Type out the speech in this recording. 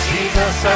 Jesus